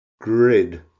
Grid